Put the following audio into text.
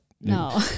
No